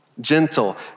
Gentle